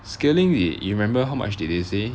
scaling they do you remember how much did they say